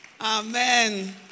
Amen